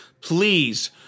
Please